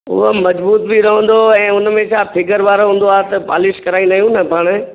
उहो मज़बूत बि रहंदो ऐं उन में छा फिगर वांदो हूंदो आहे त पॉलिश कराईंदा आहियूं न पाण